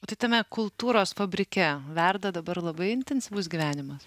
tai tame kultūros fabrike verda dabar labai intensyvus gyvenimas